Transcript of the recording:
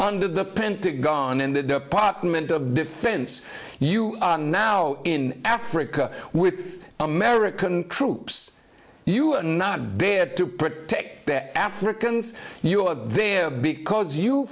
under the pentagon in the department of defense you are now in africa with american troops you are not dead to protect their africans you of there because you